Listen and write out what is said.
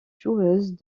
joueuse